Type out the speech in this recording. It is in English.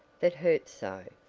that hurt so.